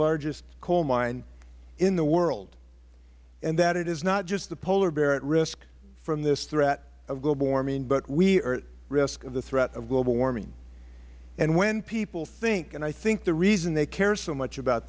largest coal mine in the world and that it is not just the polar bear at risk from this threat of global warming but we are at risk of the threat of global warming when people think and i think the reason they care so much about